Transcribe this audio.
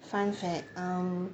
fun fact um